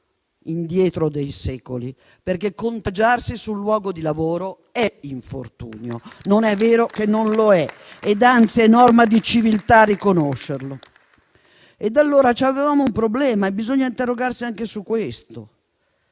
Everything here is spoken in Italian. indietro di secoli, perché contagiarsi sul luogo di lavoro è infortunio, non è vero che non lo è ed anzi è norma di civiltà riconoscerlo. Allora avevamo un problema e bisogna interrogarsi anche su questo: